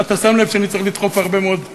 אתה שם לב שאני צריך לדחוף הרבה מאוד נושאים,